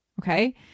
Okay